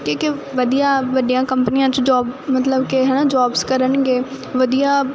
ਕਿ ਕਿ ਵੱਡੀਆਂ ਵੱਡੀਆਂ ਕੰਪਨੀਆਂ 'ਚ ਜੋਬ ਮਤਲਬ ਕਿ ਹੈ ਨਾ ਜੋਬਸ ਕਰਨਗੇ ਵਧੀਆ